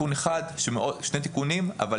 אלה שני תיקונים מאוד